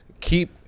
keep